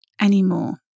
anymore